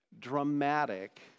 dramatic